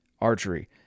Archery